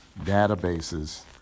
databases